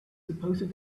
supposed